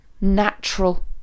natural